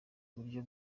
uburyo